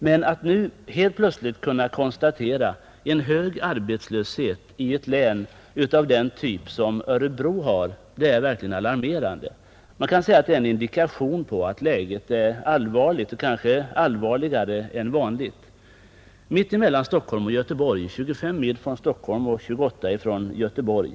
Men att nu helt plötsligt kunna konstatera en hög arbetslöshet i ett län som Örebro län är verkligen alarmerande, Det är en indikation på att läget är allvarligt — kanske allvarligare än vanligt. Länet ligger mitt emellan Stockholm och Göteborg, 25 mil från Stockholm och 28 mil från Göteborg.